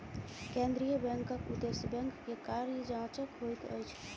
केंद्रीय बैंकक उदेश्य बैंक के कार्य जांचक होइत अछि